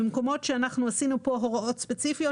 במקומות שעשינו הוראות ספציפיות,